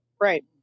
Right